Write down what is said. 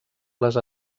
les